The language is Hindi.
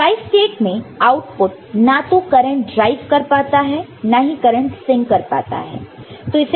तो ट्राइस्टेट में आउटपुट ना तो करंट ड्राइव कर पाता है ना ही करंट सिंक कर पाता है